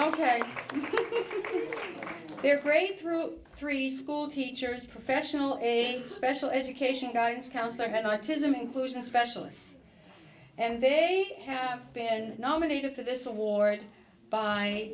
ok they're great through three school teachers professional special education guidance counselor magnetism inclusion specialists and they have been nominated for this award by